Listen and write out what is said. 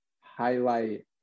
highlight